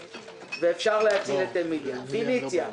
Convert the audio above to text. אפשר להציל את אמיליה קוסמטיקס.